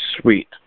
sweet